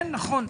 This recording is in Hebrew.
כן נכון.